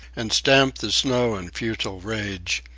and stamped the snow in futile rage,